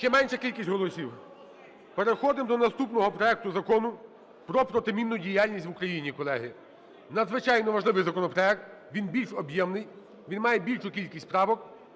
Ще менша кількість голосів. Переходимо до наступного. Проект Закону про протимінну діяльність в Україні, колеги. Надзвичайно важливий законопроект. Він більш об'ємний, він має більшу кількість правок.